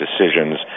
decisions